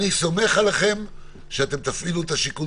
אני סומך עליכם שאתם תפעילו את שיקול